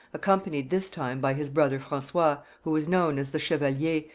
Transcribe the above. accompanied this time by his brother francois, who was known as the chevalier,